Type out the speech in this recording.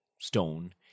stone